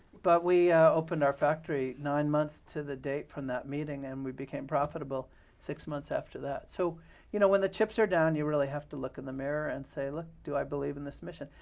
but we opened our factory nine months to the date from that meeting, and we became profitable six months after that. so you know when the chips are down, you really have to look in the mirror and say, look, do i believe in this mission?